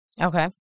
Okay